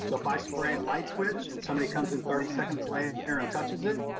so if i spray a light switch and somebody comes in thirty seconds later and touches it,